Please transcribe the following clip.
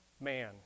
man